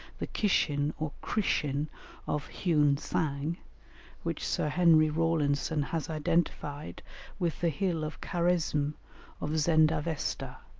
the kishin or krishin of hiouen-tsang, which sir henry rawlinson has identified with the hill of kharesm of zend-avesta,